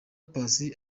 paccy